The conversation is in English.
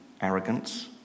arrogance